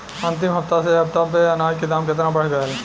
अंतिम हफ्ता से ए हफ्ता मे अनाज के दाम केतना बढ़ गएल?